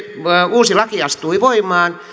uusi laki astui voimaan